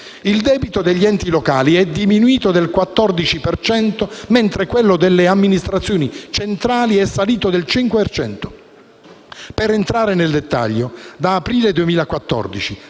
il debito degli enti locali è diminuito del 14 per cento, mentre quello delle amministrazioni centrali è salito del 5 per cento. Per entrare nel dettaglio, da aprile 2014